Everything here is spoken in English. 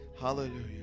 Hallelujah